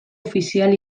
ofizial